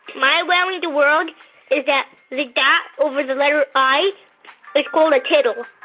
my wow in the world is that the dot over the letter i is called a tittle